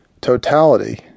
totality